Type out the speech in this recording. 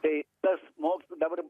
tai tas mokslas dabar